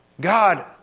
God